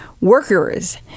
workers